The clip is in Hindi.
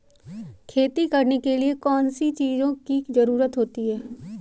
खेती करने के लिए कौनसी चीज़ों की ज़रूरत होती हैं?